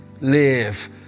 live